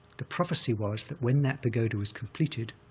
the prophecy, was that when that pagoda was completed,